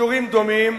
ויתורים דומים,